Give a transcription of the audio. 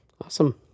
Awesome